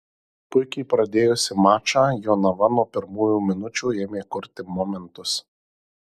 puikiai pradėjusi mačą jonava nuo pirmųjų minučių ėmė kurti momentus